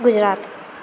Gujarat